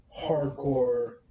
hardcore